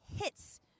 hits